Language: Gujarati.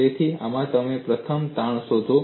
તેથી આમા તમે પ્રથમ તાણ શોધો